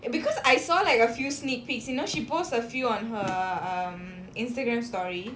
because I saw like a few sneak peeks you know she post a few on her um Instagram story